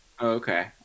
Okay